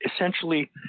essentially